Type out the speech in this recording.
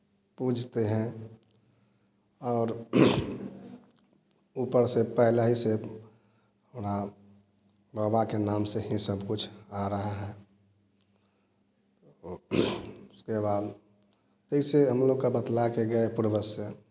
पूजते हैं और ऊपर से पहले ही से बाबा के नाम से ही सब कुछ आ रहा है उसके बाद ऐसे हम लोग का बतला के गए पूर्वज से